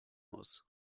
muss